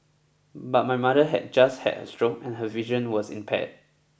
but my mother had just had a stroke and her vision was impaired